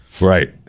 right